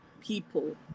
people